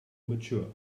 mature